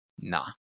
nah